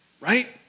Right